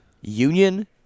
Union